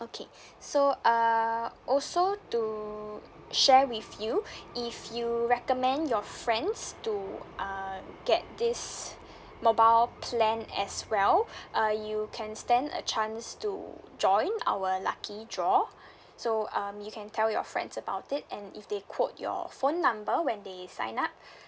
okay so uh also to share with you if you recommend your friends to uh get this mobile plan as well uh you can stand a chance to join our lucky draw so um you can tell your friends about it and if they quote your phone number when they sign up